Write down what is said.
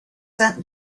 sent